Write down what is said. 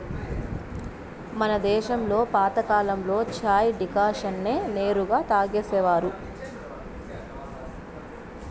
మన దేశంలో పాతకాలంలో చాయ్ డికాషన్ నే నేరుగా తాగేసేవారు